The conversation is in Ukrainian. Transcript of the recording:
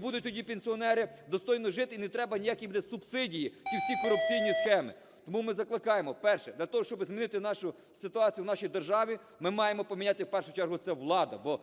І будуть тоді пенсіонери достойно жити, і не треба ніякі буде субсидії і всі корупційні схеми. Тому ми закликаємо: перше – для того, щоби змінити нашу ситуацію в нашій державі, ми маємо поміняти, в першу чергу це владу, бо